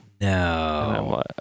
No